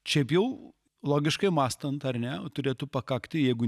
šiaip jau logiškai mąstant ar ne turėtų pakakti jeigu